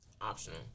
Optional